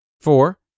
Four